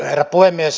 herra puhemies